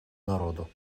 народу